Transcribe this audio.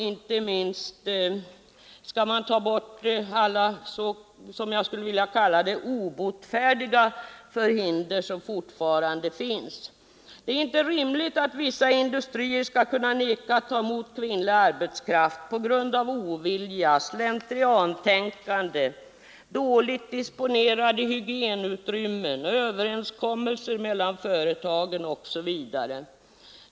Inte minst tänker jag på de obotfärdigas förhinder som fortfarande förekommer. Det är inte rimligt att vissa industrier skall kunna vägra att ta emot kvinnlig arbetskraft på grund av ovilja, slentriantänkande, dåligt disponerade hygienutrymmen, överenskommelser mellan företagen osv.